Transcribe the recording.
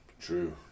True